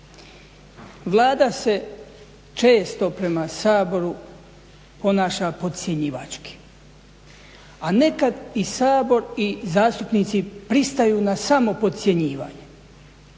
Vlada se često prema Saboru ponaša podcjenjivački, a nekad i Sabor i zastupnici pristaju na samo podcjenjivanje.